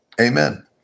Amen